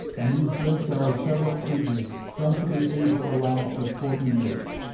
and these drinks are of several ages, some to the age or last of forty years.